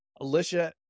alicia